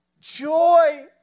joy